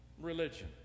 religion